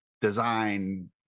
design